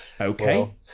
okay